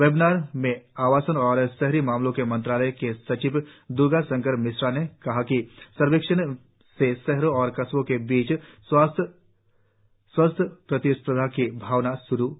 webinar में आवासन और शहरी मामलों के मंत्रालय के सचिव द्र्गा शंकर मिश्रा ने कहा कि सर्वेक्षण से शहरों और कस्बों के बीच स्वस्थ प्रतिस्पर्धा की भावना श्रू हई है